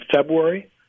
February